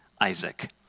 Isaac